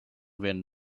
then